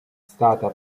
stata